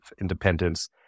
Independence